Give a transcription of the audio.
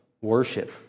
worship